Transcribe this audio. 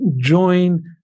join